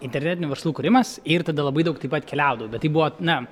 internetinių verslų kūrimas ir tada labai daug taip pat keliaudavau bet tai buvo na